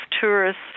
tourists